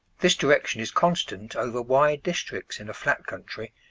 this direction is constant over wide districts in a flat country,